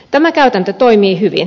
tämä käytäntö toimii hyvin